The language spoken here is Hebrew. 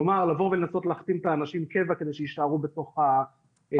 כלומר לבוא ולנסות להחתים את האנשים קבע כדי שיישארו בתוך המערכת.